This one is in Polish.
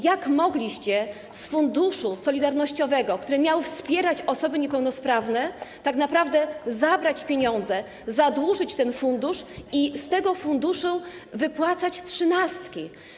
Jak mogliście z Funduszu Solidarnościowego, który miał wspierać osoby niepełnosprawne, tak naprawdę zabrać pieniądze, zadłużyć ten fundusz i z tego funduszu wypłacać trzynastki?